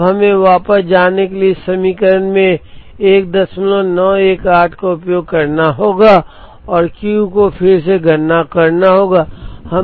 अब हमें वापस जाने के लिए इस समीकरण में 1918 का उपयोग करना होगा और Q को फिर से गणना करना होगा